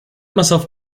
myself